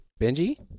Benji